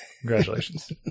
Congratulations